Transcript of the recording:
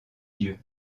dieu